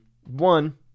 one